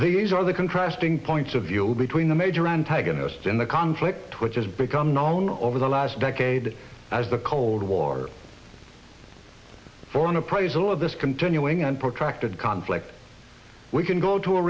these are the contrasting points of your between the major antagonist in the conflict which has become known over the last decade as the cold war for an appraisal of this continuing and protracted conflict we can go to a